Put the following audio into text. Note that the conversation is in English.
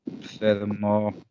Furthermore